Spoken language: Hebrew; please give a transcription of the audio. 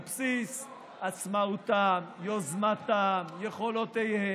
עלתה פה הצעה רצינית, תנו לי לענות תשובה רצינית.